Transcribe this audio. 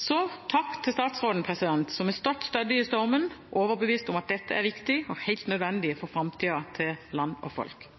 Takk til statsråden, som har stått stødig i stormen, overbevist om at dette er viktig og helt nødvendig for framtida til land og